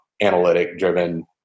analytic-driven